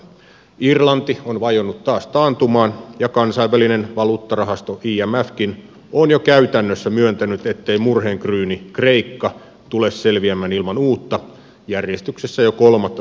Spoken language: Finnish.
irlanti on vajonnut taas taantumaan ja kansainvälinen valuuttarahasto imfkin on jo käytännössä myöntänyt ettei murheenkryyni kreikka tule selviämään ilman uutta järjestyksessä jo kolmatta tukipakettia